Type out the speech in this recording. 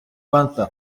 panther